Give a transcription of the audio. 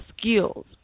skills